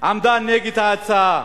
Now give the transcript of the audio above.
עמדה נגד ההצעה.